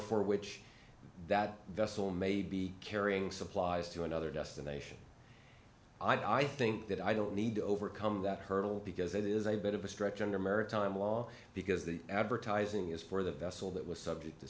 for which that vessel may be carrying supplies to another destination i think that i don't need to overcome that hurdle because it is a bit of a stretch under maritime law because the advertising is for the vessel that was subject to